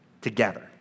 together